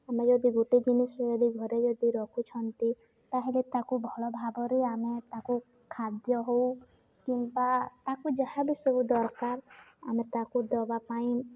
ଆମେ ଯଦି ଗୋଟେ ଜିନିଷ ଯଦି ଘରେ ଯଦି ରଖୁଛନ୍ତି ତା'ହେଲେ ତାକୁ ଭଲ ଭାବରେ ଆମେ ତାକୁ ଖାଦ୍ୟ ହେଉ କିମ୍ବା ତାକୁ ଯାହାବି ସବୁ ଦରକାର ଆମେ ତାକୁ ଦେବା ପାଇଁ